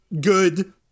good